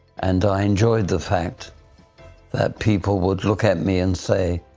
and i enjoyed the fact that people would look at me and say,